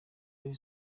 kuri